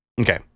Okay